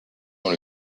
dans